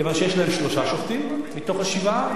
מכיוון שיש להם שלושה שופטים מתוך השבעה,